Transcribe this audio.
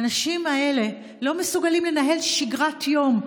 האנשים האלה לא מסוגלים לנהל שגרת יום,